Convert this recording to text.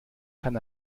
kann